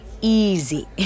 easy